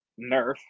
nerf